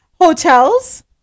hotels